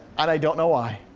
i don't know why.